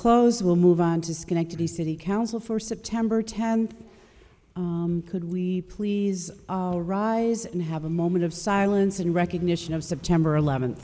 close we'll move on to schenectady city council for september tenth could we please all rise and have a moment of silence in recognition of september eleventh